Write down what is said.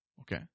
Okay